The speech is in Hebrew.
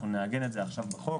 אנחנו נעגן את זה עכשיו בחוק.